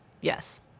Yes